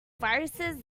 viruses